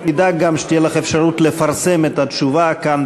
נדאג גם שתהיה לך אפשרות לפרסם את התשובה כאן,